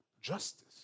justice